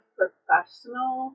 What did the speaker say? professional